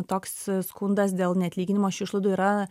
toks skundas dėl neatlyginimo šių išlaidų yra